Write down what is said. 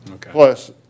Plus